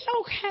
okay